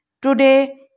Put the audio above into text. Today